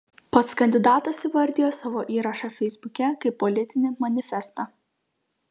pats kandidatas įvardijo savo įrašą feisbuke kaip politinį manifestą